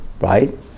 right